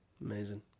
Amazing